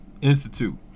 Institute